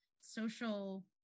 social